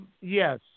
yes